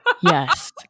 yes